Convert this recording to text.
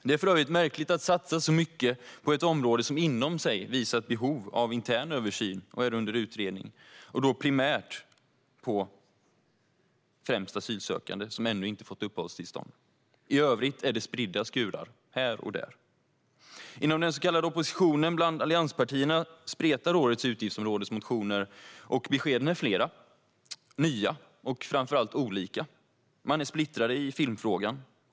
Det är för övrigt märkligt att satsa så mycket på ett område som inom sig visat behov av intern översyn och är under utredning, och då primärt på asylsökande som ännu inte har fått uppehållstillstånd. I övrigt är det spridda skurar här och där. Inom den så kallade oppositionen, bland allianspartierna, spretar årets utgiftsområdesmotioner, och beskeden är flera, nya och framför allt olika. De är splittrade i filmfrågan.